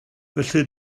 felly